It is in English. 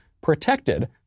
protected